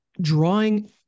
drawing